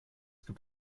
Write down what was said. gibt